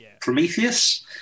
Prometheus